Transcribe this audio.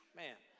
man